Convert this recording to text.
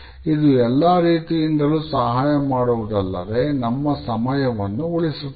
ಇದು ಎಲ್ಲ ರೀತಿಯಿಂದಲೂ ಸಹಾಯ ಮಾಡುವದಲ್ಲದೆ ನಮ್ಮ ಸಮಯವನ್ನು ಉಳಿಸುತ್ತದೆ